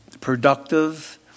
productive